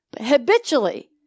habitually